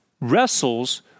wrestles